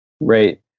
right